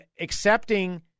accepting